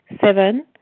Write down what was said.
Seven